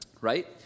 Right